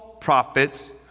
prophet's